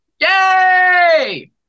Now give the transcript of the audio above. Yay